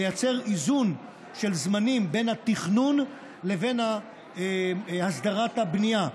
ליצור איזון של זמנים בין התכנון לבין הסדרת הבנייה,